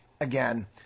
again